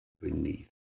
beneath